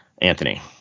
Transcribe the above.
Anthony